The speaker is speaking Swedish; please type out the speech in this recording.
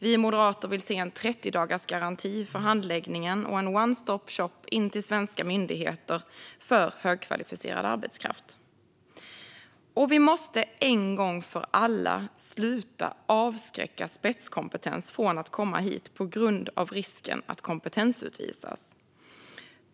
Vi moderater vill se en 30-dagarsgaranti för handläggningen och en one-stop-shop in till svenska myndigheter för högkvalificerad arbetskraft. Vi måste en gång för alla sluta att avskräcka spetskompetens från att komma hit på grund av risken att kompetensutvisas.